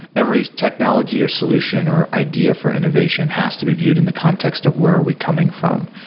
every technology or solution or idea for innovation has to be viewed in the context of where are we coming from.